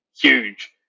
huge